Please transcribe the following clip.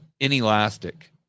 inelastic